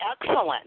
excellent